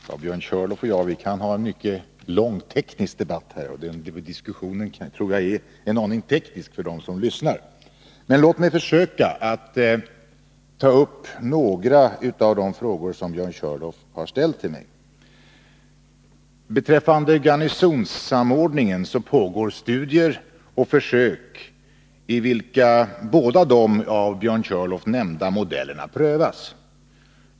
Fru talman! Björn Körlof och jag kan ha en mycket lång teknisk debatt här. Den diskussionen tror jag är en aning för teknisk för dem som lyssnar. Men låt mig försöka att ta upp några av de frågor som Björn Körlof har ställt till mig. Beträffande garnisonssamordningen pågår studier och försök, i vilka båda de av Björn Körlof nämnda modellerna prövas.